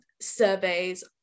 surveys